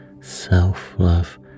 self-love